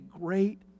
great